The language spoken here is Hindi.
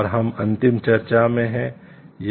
और हम अंतिम चर्चा में हैं